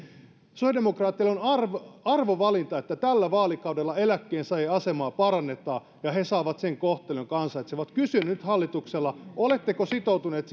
sosiaalidemokraateilla on arvovalinta että tällä vaalikaudella eläkkeensaajan asemaa parannetaan ja he saavat sen kohtelun jonka ansaitsevat kysyn nyt hallitukselta oletteko sitoutuneet